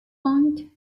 point